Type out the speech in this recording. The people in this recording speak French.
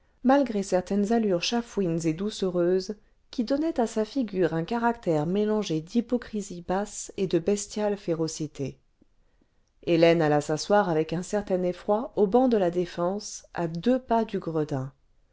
malgré certaines allures chafouine et doucereuses qui donnaient à sa figure un caractère mélangé d'hypocrisie basse et de bestiale férocité hélène alla sasseoir avec un certain effroi au banc de la défense à deux pas'du gredin